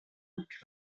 look